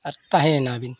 ᱟᱨ ᱛᱟᱦᱮᱸᱭ ᱮᱱᱟᱵᱤᱱ